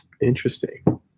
Interesting